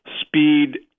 speed